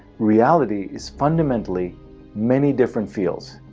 reality is fundamentally many different fields.